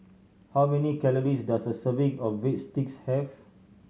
how many calories does a serving of Breadsticks have